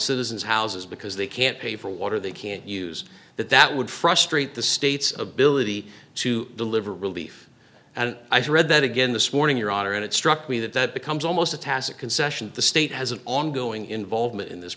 houses because they can't pay for water they can't use that that would frustrate the state's ability to deliver relief and i read that again this morning your honor and it struck me that that becomes almost a tacit concession the state has an ongoing involvement in this